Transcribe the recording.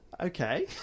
Okay